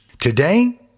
Today